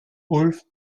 ulf